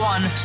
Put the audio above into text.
One